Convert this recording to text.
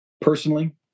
Personally